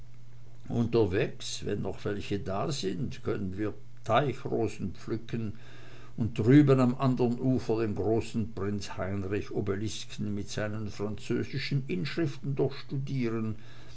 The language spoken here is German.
unterwegs wenn noch welche da sind können wir teichrosen pflücken und drüben am andern ufer den großen prinz heinrich obelisken mit seinen französischen inschriften